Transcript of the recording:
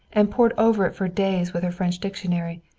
and pored over it for days with her french dictionary,